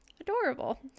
adorable